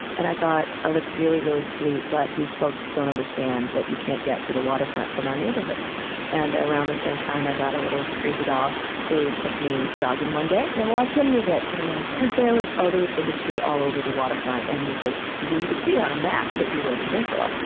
and i thought, that's really, really sweet, but these folks don't understand that you can't get to the waterfront from our neighborhood and around the same time, i got a little crazy dog who took me jogging one day and why couldn't you get to the waterfront? because there was oh, there was industry all over the waterfront. and you just, i mean, you could see it on a map that we were a peninsula,